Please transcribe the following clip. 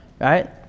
right